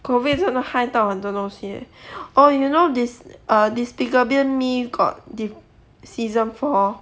COVID 真的害到很多东西 eh or you know des~ err despicable me got dim~ season four